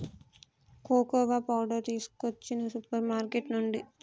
cocoa powder తీసుకొచ్చిన supermarket నుండి